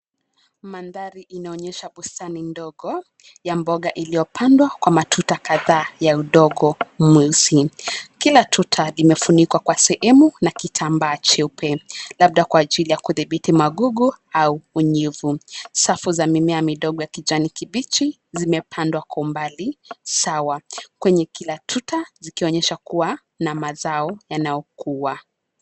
Mandhari inaonyesha bustani ndogo ya mboga iliyopandwa kwa matuta kadhaa ya udongo mweusi. Kila tuta limefunikwa kwa sehemu na kitambaa cheupe, labda kwa ajili ya kudhibiti magugu au unyevu. Safu za mimea midogo ya kijani kibichi zimepandwa kwa umbali sawa, kwenye kila tuta, likionyesha kuwa na mazao yanayokuwa.